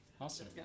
Awesome